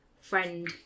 friend